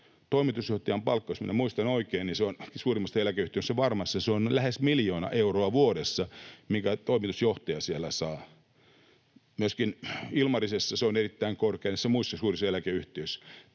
Toimitusjohtajan palkkaus, jos minä muistan oikein, on suurimmassa eläkeyhtiössä Varmassa lähes miljoona euroa vuodessa, sen toimitusjohtaja siellä saa. Myöskin Ilmarisessa ja näissä muissa suurissa eläkeyhtiöissä